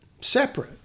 separate